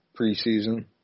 preseason